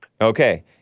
Okay